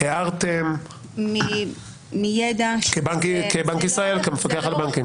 האם הערתם כבנק ישראל וכמפקח על הבנקים?